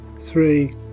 three